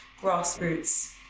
grassroots